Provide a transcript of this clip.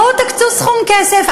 בואו תקצו סכום כסף,